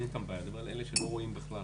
אין איתן בעיה, אבל מה עם אלה שלא רואים בכלל.